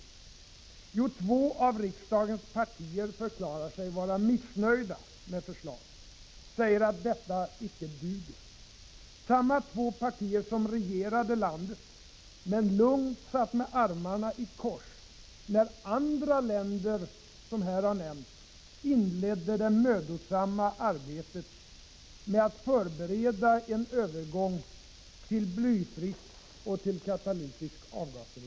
Jo, två av riksdagens partier förklarar sig vara missnöjda med förslaget. De säger att detta icke duger. Detta är samma två partier som regerade landet, men lugnt ”satt med armarna i kors” när andra länder, som här har nämnts, inledde det mödosamma arbetet med att förbereda en övergång till blyfri bensin och till katalytisk avgasrening.